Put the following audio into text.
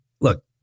look